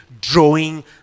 drawing